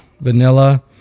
Vanilla